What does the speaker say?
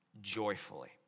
joyfully